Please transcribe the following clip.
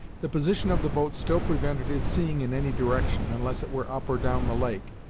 the position of the boat still prevented his seeing in any direction, unless it were up or down the lake,